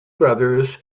brothers